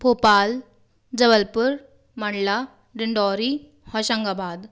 Bhopal Jabalpur Mandla Dindori Hoshangabad